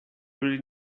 really